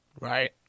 right